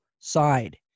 side